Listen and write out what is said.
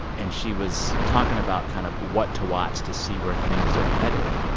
and she was talking about kind of what to watch to see where things are headed.